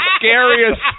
scariest